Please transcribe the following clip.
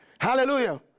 Hallelujah